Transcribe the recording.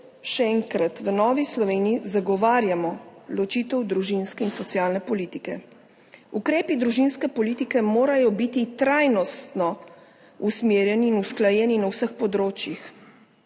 še enkrat, v Novi Sloveniji zagovarjamo ločitev družinske in socialne politike. Ukrepi družinske politike morajo biti trajnostno usmerjeni in usklajeni na vseh področjih,